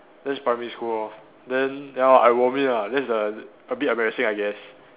that's primary school lor then ya I vomit ah that's a a bit embarrassing I guess